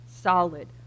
solid